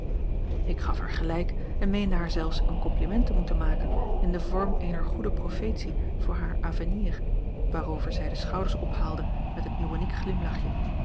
ik gaf haar gelijk en meende haar zelfs een compliment te moeten maken in den vorm eener goede profetie voor haar avenir waarover zij de schouders ophaalde met een ironiek glimlachje